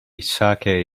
saké